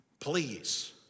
Please